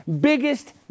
biggest